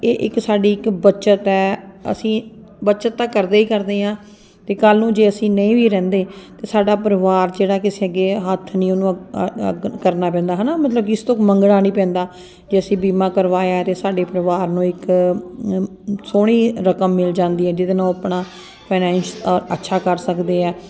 ਇਹ ਇੱਕ ਸਾਡੀ ਇੱਕ ਬੱਚਤ ਹੈ ਅਸੀਂ ਬੱਚਤ ਤਾਂ ਕਰਦੇ ਹੀ ਕਰਦੇ ਹਾਂ ਅਤੇ ਕੱਲ੍ਹ ਨੂੰ ਜੇ ਅਸੀਂ ਨਹੀਂ ਵੀ ਰਹਿੰਦੇ ਤਾਂ ਸਾਡਾ ਪਰਿਵਾਰ ਜਿਹੜਾ ਕਿਸੇ ਅੱਗੇ ਹੱਥ ਨਹੀਂ ਉਹਨੂੰ ਅੱਗੇ ਕਰਨਾ ਪੈਂਦਾ ਹੈ ਨਾ ਮਤਲਬ ਕਿਸੇ ਤੋਂ ਮੰਗਣਾ ਨਹੀਂ ਪੈਂਦਾ ਕਿ ਅਸੀਂ ਬੀਮਾ ਕਰਵਾਇਆ ਅਤੇ ਸਾਡੇ ਪਰਿਵਾਰ ਨੂੰ ਇੱਕ ਸੋਹਣੀ ਰਕਮ ਮਿਲ ਜਾਂਦੀ ਹੈ ਜਿਹਦੇ ਨਾਲ ਆਪਣਾ ਫਾਨੈਂਸ ਅ ਅੱਛਾ ਕਰ ਸਕਦੇ ਆ